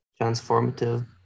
transformative